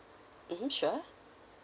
mmhmm sure